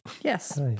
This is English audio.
Yes